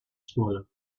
smaller